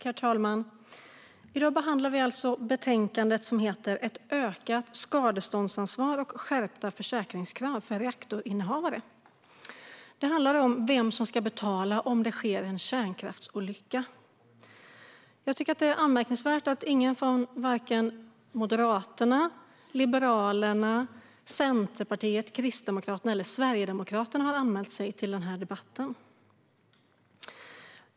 Herr talman! I dag behandlar vi alltså betänkandet Ett ökat skadeståndsansvar och skärpta försäkringskrav för reaktorinnehavare . Det handlar om vem som ska betala om det sker en kärnkraftsolycka. Jag tycker att det är anmärkningsvärt att ingen från vare sig Moderaterna, Liberalerna, Centerpartiet, Kristdemokraterna eller Sverigedemokraterna har anmält sig till den här debatten.